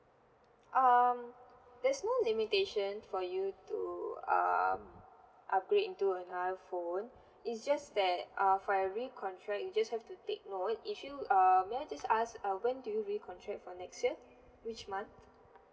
um there's no limitation for you to um upgrade into another phone it's just that uh for every contract you just have to take note if you err may I just ask uh when do you re-contract for next year which month